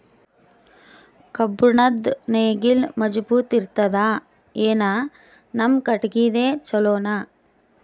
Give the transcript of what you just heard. ಕಬ್ಬುಣದ್ ನೇಗಿಲ್ ಮಜಬೂತ ಇರತದಾ, ಏನ ನಮ್ಮ ಕಟಗಿದೇ ಚಲೋನಾ?